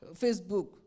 Facebook